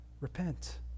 Repent